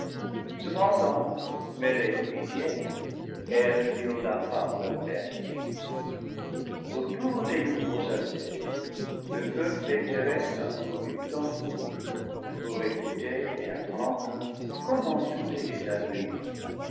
cependant mêlée de pitié elle ne voilà pas leur béatitude autour des nouveaux arrivés le peuple éthéré accourut en foule pour écouter et apprendre comment tout était advenu